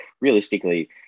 realistically